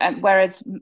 whereas